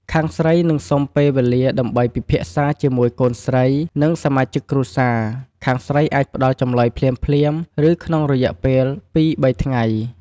ខាងស្រីនឹងសុំពេលវេលាដើម្បី ពិភាក្សា ជាមួយកូនស្រី និងសមាជិកគ្រួសារ ខាងស្រីអាចផ្តល់ចម្លើយភ្លាមៗ ឬក្នុងរយៈពេលពីរបីថ្ងៃ។